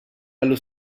allo